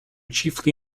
chiefly